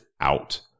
out